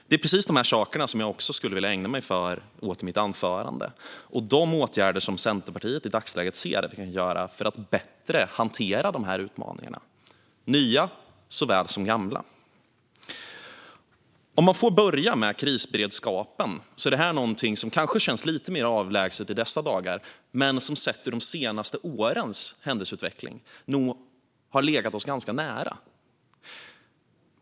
Det är precis dessa saker som jag skulle vilja ägna mig åt i mitt anförande - och de åtgärder som Centerpartiet i dagsläget ser att vi kan genomföra för att bättre hantera dessa utmaningar, nya såväl som gamla. Jag börjar med krisberedskapen. Det är någonting som kanske känns lite mer avlägset i dessa dagar men som med tanke på de senaste årens händelseutveckling nog har legat oss ganska nära.